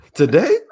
today